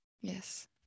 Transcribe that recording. yes